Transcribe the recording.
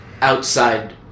outside